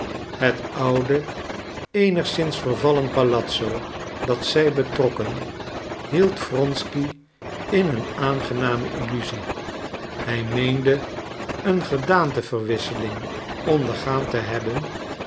het oude eenigszins vervallen palazzo dat zij betrokken hield wronsky in een aangename illusie hij meende een gedaanteverwisseling ondergaan te hebben